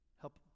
help